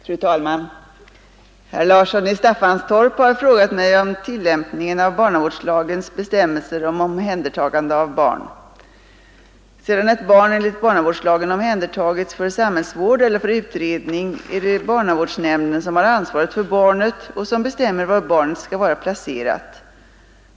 Fru talman! Herr Larsson i Staffanstorp har frågat mig om tillämpningen av barnavårdslagens bestämmelser om omhändertagande av barn. Sedan ett barn enligt barnavårdslagen omhändertagits för samhällsvård eller för utredning, är det barnavårdsnämnden som har ansvaret för barnet och som bestämmer var barnet skall vara placerat.